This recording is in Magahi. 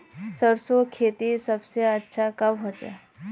सरसों खेती सबसे अच्छा कब होचे?